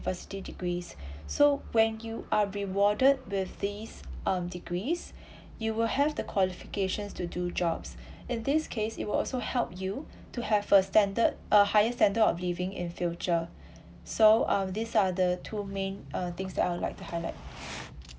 degrees so when you are rewarded with these um degrees you will have the qualifications to do jobs in this case it will also help you to have a standard a higher standard of living in future so um these are the two main uh things that I would like to highlight